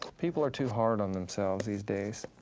people are too hard on themselves these days.